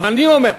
אבל אני אומר,